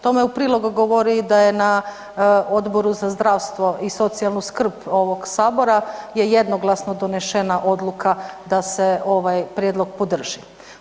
Tome u prilog govori da je na Odboru za zdravstvo i socijalnu skrb ovog sabora je jednoglasno donešena odluka da se ovaj prijedlog podrži.